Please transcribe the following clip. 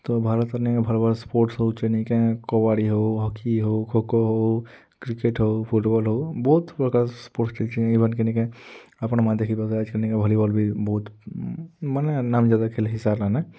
ତ ଭାରତ୍ରେ ନିକେଁ ଭଲ୍ ଭଲ୍ ସ୍ପୋର୍ଟ୍ସ ହଉଛେ ନେଇକାଁ କବାଡ଼ି ହଉ ହକି ହଉ ଖୋକୋ ହୋଉ କ୍ରିକେଟ୍ ହୋଉ ଫୁଟ୍ବଲ୍ ହୋଉ ବହୁତ୍ ପ୍ରକାର୍ ସ୍ପୋର୍ଟ୍ସ ଆପଣମାନେ ଦେଖିପାରୁଥିବେ ଆଏଜ୍କାଏଲ୍ ନିକେଁ ଭଲିବଲ୍ ବି ବହୁତ୍ ମାନେ ନାମ୍ଜାଦା ଖେଲ୍ ହେଇ ସାର୍ଲାନେ